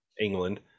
england